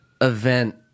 event